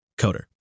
coder